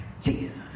Jesus